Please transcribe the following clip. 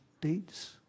deeds